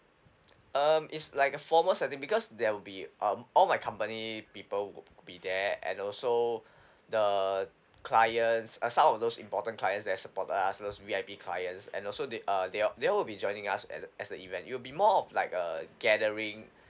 um it's like a formal setting because there will be um all my company people would be there and also the clients uh some of those important clients that supported us those V_V_I_P clients and also they uh they all they all will be joining us at the as the event it'll be more of like a gathering